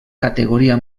categoria